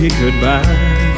goodbye